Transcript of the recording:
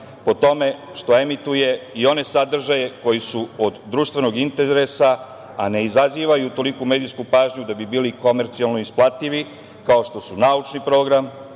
po tome što emituje i one sadržaje koji su od društvenog interesa, a ne izazivaju toliku medijsku pažnju da bi bili komercijalno isplativi, kao što su naučni program,